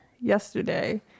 yesterday